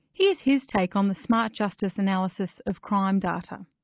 here's his take on the smart justice analysis of crime data.